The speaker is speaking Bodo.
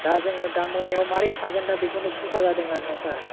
दा जोङो दा मोनायाव मारै थागोन दा बेखौनो सिनथा जादों आरोना सार